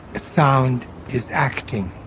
sound is acting,